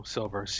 Silver